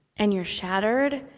and you're shattered,